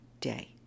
day